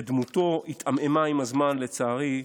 ודמותו התעמעמה עם הזמן, לצערי,